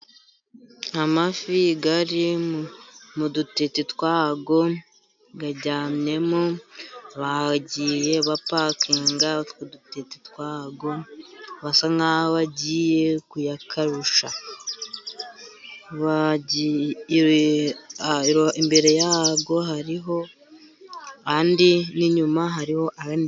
Amafi ari mu dutete twayo, aryamyemo . Bagiye bapakinga utwo dutete twayo basa n'aho bagiye kuyakawusha . Imbere yayo hariho andi . N'inyuma hari andi.